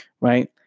right